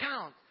count